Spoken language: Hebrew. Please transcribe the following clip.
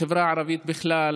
החברה הערבית בכלל,